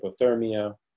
hypothermia